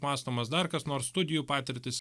mąstomas dar kas nors studijų patirtis